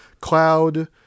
Cloud